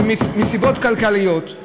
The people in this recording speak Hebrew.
שמסיבות כלכליות,